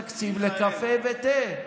בוא ניתן לבתי ספר תקציב לקפה ותה.